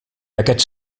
aquests